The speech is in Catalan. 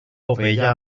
ovella